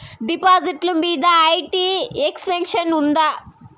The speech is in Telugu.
డిపాజిట్లు మీద ఐ.టి ఎక్సెంప్షన్ ఉందా?